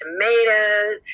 tomatoes